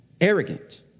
arrogant